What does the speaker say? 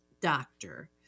doctor